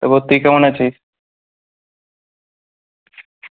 তারপর তুই কেমন আছিস